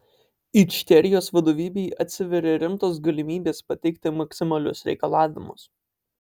ičkerijos vadovybei atsiveria rimtos galimybės pateikti maksimalius reikalavimus